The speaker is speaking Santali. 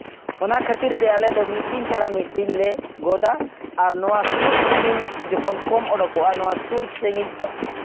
ᱚᱱᱟ ᱠᱷᱟᱹᱛᱤᱨ ᱛᱮ ᱟᱞᱮ ᱫᱚ ᱢᱤᱫ ᱫᱤᱱ ᱪᱷᱟᱲᱟ ᱢᱤᱫ ᱫᱤᱱ ᱞᱮ ᱜᱚᱫᱟ ᱟᱨ ᱱᱚᱣᱟ ᱥᱩᱨ ᱥᱟᱺᱜᱤᱧ ᱡᱚᱠᱷᱚᱱ ᱠᱚᱢ ᱩᱰᱩᱠᱚᱜᱼᱟ ᱱᱚᱣᱟ ᱥᱩᱨ ᱥᱟᱺᱜᱤᱧ